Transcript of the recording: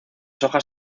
hojas